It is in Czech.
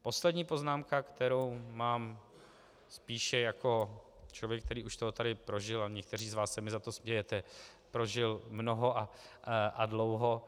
Poslední poznámka, kterou mám spíše jako člověk, který už toho tady prožil a někteří z vás se mi za to smějete mnoho a dlouho.